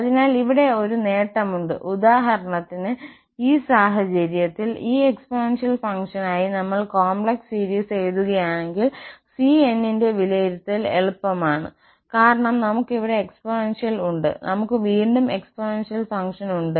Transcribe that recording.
അതിനാൽ ഇവിടെ ഒരു നേട്ടമുണ്ട് ഉദാഹരണത്തിന് ഈ സാഹചര്യത്തിൽ ഈ എക്സ്പോണൻഷ്യൽ ഫംഗ്ഷനായി നമ്മൾ കോംപ്ലക്സ് സീരിസ് എഴുതുകയാണെങ്കിൽ cn ന്റെ വിലയിരുത്തൽ എളുപ്പമാണ് കാരണം ഞങ്ങൾക്ക് ഇവിടെ എക്സ്പോണൻഷ്യൽ ഉണ്ട് നമ്മൾക്ക് വീണ്ടും എക്സ്പോണൻഷ്യൽ ഫംഗ്ഷൻ ഉണ്ട്